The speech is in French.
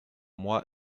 moi